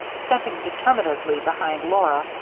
stepping determinedly behind laura,